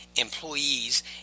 employees